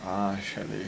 ah chalet